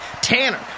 Tanner